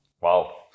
Wow